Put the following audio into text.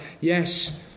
Yes